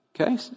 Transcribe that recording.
Okay